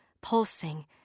pulsing